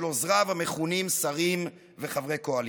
עוזריו המכונים שרים וחברי קואליציה.